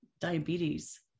diabetes